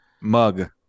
Mug